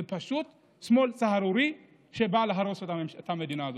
זה פשוט שמאל סהרורי שבא להרוס את המדינה הזאת.